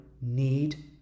need